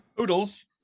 Oodles